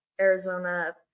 Arizona